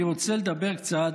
אני רוצה לדבר קצת,